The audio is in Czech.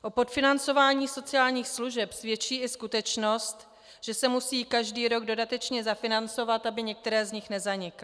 O podfinancování sociálních služeb svědčí i skutečnost, že se musí každý rok dodatečně zafinancovat, aby některé z nich nezanikly.